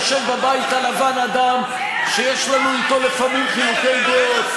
יושב בבית הלבן אדם שיש לנו אתו לפעמים חילוקי דעות,